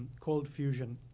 cold fusion.